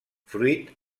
fruit